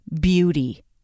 beauty